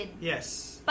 Yes